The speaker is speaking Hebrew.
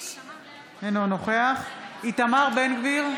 אינו נוכח איתמר בן גביר,